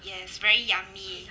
yes very yummy